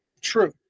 true